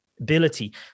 ability